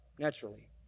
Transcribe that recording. naturally